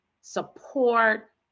support